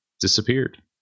disappeared